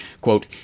quote